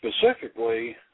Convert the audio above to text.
specifically